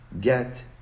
Get